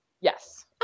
Yes